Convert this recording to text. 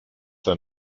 der